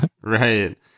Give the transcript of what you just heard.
Right